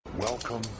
Welcome